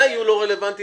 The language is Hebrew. אני רוצה להעיר.